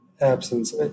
absence